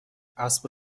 اسب